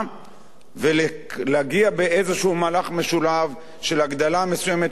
ולהגיע באיזה מהלך משולב של הגדלה מסוימת של הגירעון,